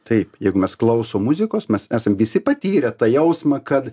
taip jeigu mes klausom muzikos mes esam visi patyrę tą jausmą kad